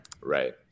Right